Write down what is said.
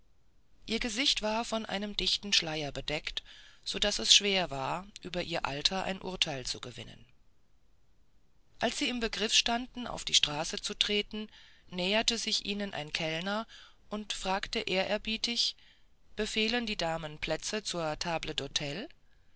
ihr gesicht war von einem dichten schleier bedeckt so daß es schwer war über ihr alter ein urteil zu gewinnen als sie im begriff waren auf die straße zu treten näherte sich ihnen ein kellner und fragte ehrerbietig befehlen die damen plätze zur table d'hte